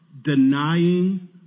Denying